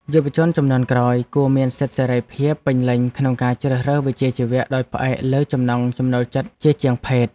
យុវជនជំនាន់ក្រោយគួរមានសិទ្ធិសេរីភាពពេញលេញក្នុងការជ្រើសរើសវិជ្ជាជីវៈដោយផ្អែកលើចំណង់ចំណូលចិត្តជាជាងភេទ។